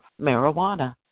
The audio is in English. marijuana